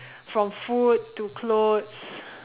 from food to clothes